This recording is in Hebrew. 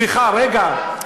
סליחה, רגע.